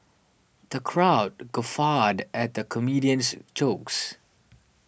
the crowd guffawed at the comedian's jokes